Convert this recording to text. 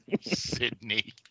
Sydney